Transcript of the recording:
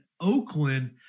Oakland